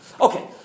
Okay